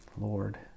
Lord